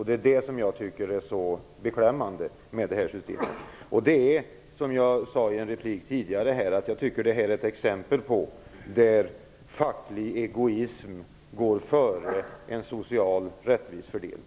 Det är det jag tycker är så beklämmande med det systemet. Som jag sade i en tidigare replik tycker jag att det här är ett exempel på att facklig egoism går före en socialt rättvis fördelning.